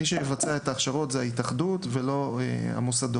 מי שיבצע את ההכשרות היא ההתאחדות, ולא המוסדות.